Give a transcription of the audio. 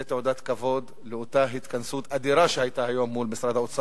זה תעודת כבוד לאותה התכנסות אדירה שהיתה היום מול משרד האוצר.